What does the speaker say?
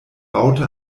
baute